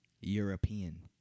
European